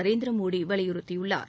நரேந்திர மோடி வலியுறுத்தியுள்ளார்